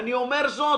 אני אומר זאת